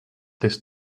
this